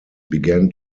began